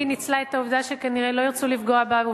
היא ניצלה את העובדה שכנראה לא ירצו לפגוע בה,